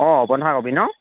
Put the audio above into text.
অঁ বন্ধাকবি ন